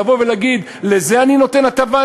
לבוא ולהגיד: לזה אני נותן הטבה,